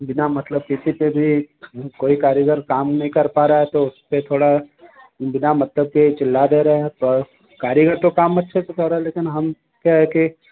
बिना मतलब के किसी के भी कोई कारीगर काम नहीं कर पा रहा है तो फ़िर थोड़ा बिना मतलब के चिल्ला दे रहे हैं तो कारीगर तो काम अच्छे से कर रहें हैं लेकिन हम क्या है कि